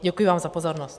Děkuji vám za pozornost.